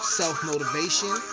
self-motivation